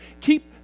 Keep